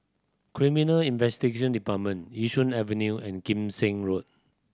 Criminal Investigation Department Yishun Avenue and Kim Seng Road